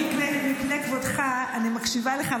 מפני כבודך אני מקשיבה לך,